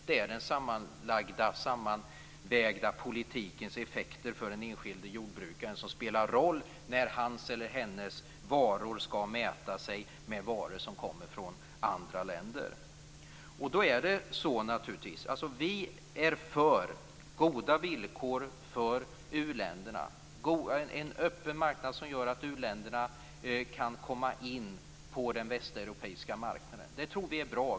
Det är den sammanvägda politikens effekter som spelar roll för den enskilde jordbrukaren när hans eller hennes varor skall mäta sig med varor från andra länder. Vi är naturligtvis för goda villkor för u-länderna, och vi är för en öppen marknad som gör att uländerna kan komma in på den västeuropeiska marknaden. Det tror vi är bra.